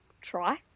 try